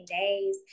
days